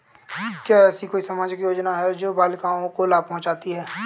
क्या ऐसी कोई सामाजिक योजनाएँ हैं जो बालिकाओं को लाभ पहुँचाती हैं?